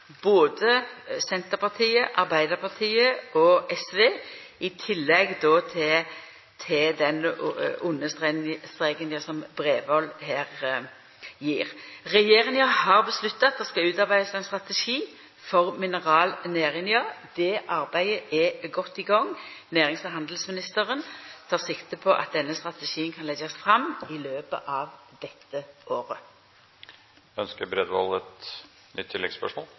her kom med. Regjeringa har vedteke at det skal utarbeidast ein strategi for mineralnæringa. Det arbeidet er godt i gang. Nærings- og handelsministeren tek sikte på at denne strategien kan leggjast fram i løpet av dette året.